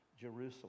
jerusalem